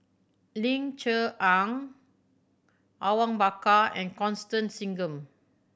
Ling Cher Eng Awang Bakar and Constance Singam